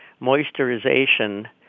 moisturization